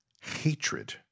hatred